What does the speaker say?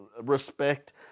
respect